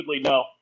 no